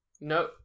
No